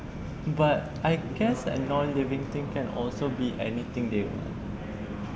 but I guess a non-living thing can also be anything they want